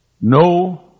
No